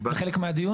זה חלק מהדיון?